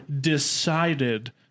decided